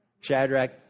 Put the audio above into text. Shadrach